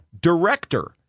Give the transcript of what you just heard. director